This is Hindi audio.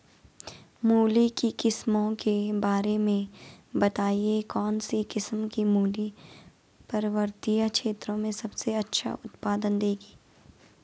मूली की किस्मों के बारे में बताइये कौन सी किस्म की मूली पर्वतीय क्षेत्रों में सबसे अच्छा उत्पादन देंगी?